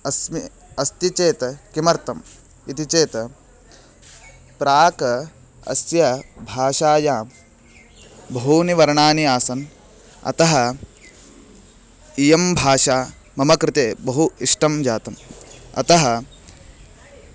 अस्मि अस्ति चेत् किमर्थम् इति चेत् प्राक् अस्य भाषायां बहूनि वर्णानि आसन् अतः इयं भाषा मम कृते बहु इष्टं जातम् अतः